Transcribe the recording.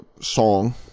song